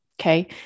Okay